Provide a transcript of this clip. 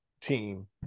team